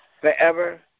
forever